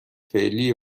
فعلی